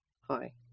Hi